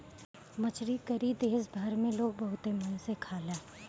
मछरी करी देश भर में लोग बहुते मन से खाला